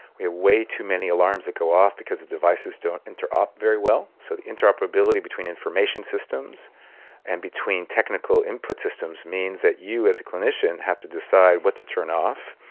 are way too many alarms that go off because the devices don't interop very well. so the interoperability between information systems and between technical input systems means that you as a clinician have to decide what to turn off,